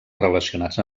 relacionats